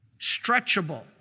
stretchable